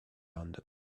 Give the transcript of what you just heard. rounded